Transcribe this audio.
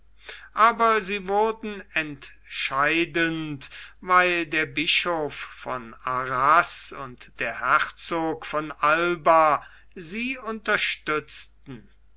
aber sie wurden entscheidend weil der bischof von arras und der herzog von alba sie unterstützten